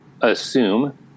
assume